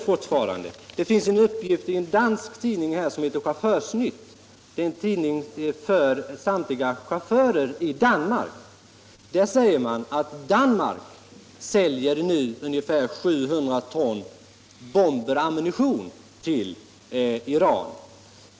Utrikesministern säger att det förekommit försäljning = till förmån för säljer Danmark nu ungefär 700 ton bomber och ammunition till Iran.